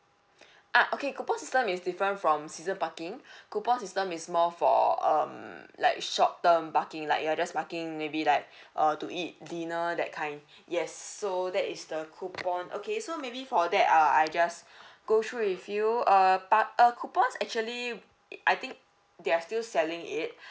uh okay coupon system is different from season parking coupon system is more for um like short term parking like you're just parking maybe like err to eat dinner that kind yes so that is the coupon okay so maybe for that uh I just go through with you err part uh coupons actually I think they are still selling it